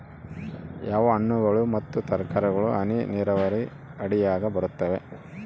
ಯಾವ ಹಣ್ಣುಗಳು ಮತ್ತು ತರಕಾರಿಗಳು ಹನಿ ನೇರಾವರಿ ಅಡಿಯಾಗ ಬರುತ್ತವೆ?